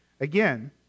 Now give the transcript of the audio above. Again